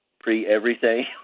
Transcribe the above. pre-everything